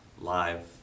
live